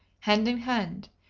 hand in hand,